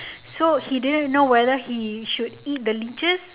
so he didn't know whether he should eat the leeches